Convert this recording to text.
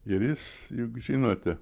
ir jis juk žinote